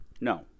No